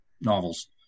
novels